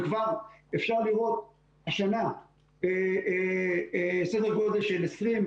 וכבר אפשר לראות השנה סדר גדל של 20,